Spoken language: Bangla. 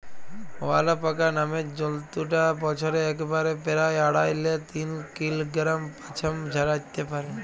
অয়ালাপাকা নামের জন্তুটা বসরে একবারে পেরায় আঢ়াই লে তিন কিলগরাম পসম ঝরাত্যে পারে